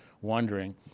wondering